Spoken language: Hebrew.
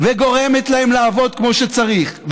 וגורמת להם לעבוד כמו שצריך,